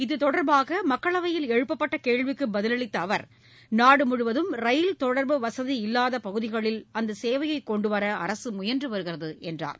இதுதொடர்பாகமக்களவையில் எழுப்பப்பட்டகேள்விக்குபதிலளித்தஅவர் நாடுமுவதம் ரயில் தொடர்பு வசதி இல்வாதபகுதிகளில் அந்தசேவையைக் கொண்டுவரஅரசுமுயன்றுவருகிறதுஎன்றார்